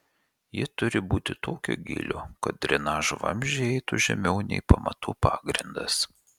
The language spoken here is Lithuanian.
ji turi būti tokio gylio kad drenažo vamzdžiai eitų žemiau nei pamatų pagrindas